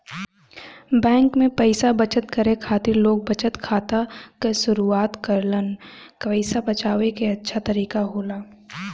bank में पइसा बचत करे खातिर लोग बचत खाता क शुरआत करलन पइसा बचाये क अच्छा तरीका होला